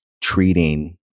treating